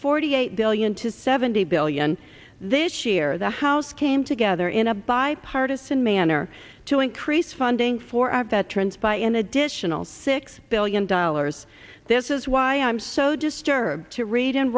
forty eight billion to seventy billion this year the house came together in a bipartisan manner to increase funding for our veterans by an additional six billion dollars this is why i'm so disturbed to read